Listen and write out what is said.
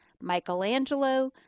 Michelangelo